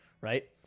right